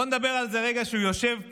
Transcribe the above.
בואו נדבר רגע על זה שהוא יושב פה,